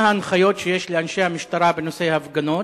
1. מה הן ההנחיות שיש לאנשי המשטרה בנושא ההפגנות?